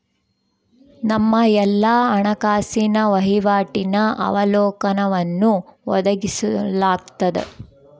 ನಮ್ಮ ಎಲ್ಲಾ ಹಣಕಾಸಿನ ವಹಿವಾಟಿನ ಅವಲೋಕನವನ್ನು ಒದಗಿಸಲಾಗ್ತದ